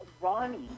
Ronnie